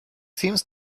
seems